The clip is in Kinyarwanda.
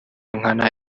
nkana